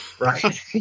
right